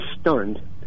stunned